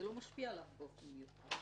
זה לא משפיע עליו באופן מיוחד.